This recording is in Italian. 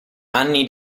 anni